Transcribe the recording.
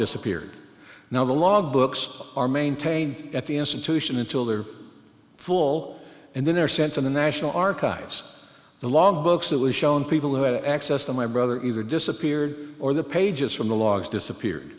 disappeared now the log books are maintained at the institution until they are full and then they're sent to the national archives the log books that was shown people who had access to my brother either disappeared or the pages from the logs disappeared